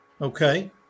Okay